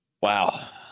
Wow